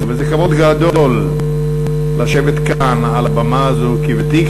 וזה כבוד גדול לשבת כאן על הבמה הזאת כוותיק